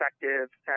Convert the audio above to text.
effective